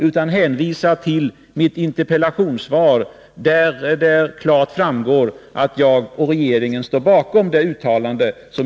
Jag hänvisar till mitt Nr 31 interpellationssvar, där det klart framgår att jag och regeringen står bakom